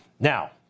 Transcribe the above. Now